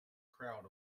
crowd